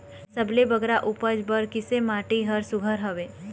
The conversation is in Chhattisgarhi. सबले बगरा उपज बर किसे माटी हर सुघ्घर हवे?